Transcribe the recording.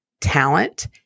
talent